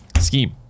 Scheme